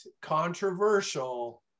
controversial